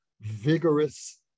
vigorous